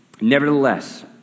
Nevertheless